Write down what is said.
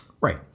Right